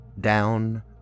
down